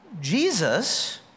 Jesus